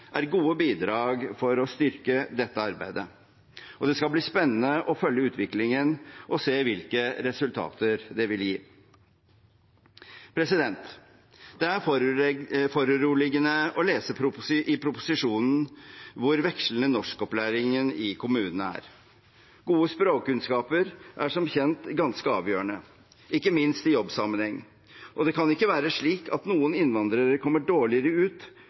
er gode bidrag for å styrke dette arbeidet, og det skal bli spennende å følge utviklingen og se hvilke resultater det vil gi. Det er foruroligende å lese i proposisjonen hvor vekslende norskopplæringen i kommunene er. Gode språkkunnskaper er som kjent ganske avgjørende, ikke minst i jobbsammenheng, og det kan ikke være slik at noen innvandrere kommer dårligere ut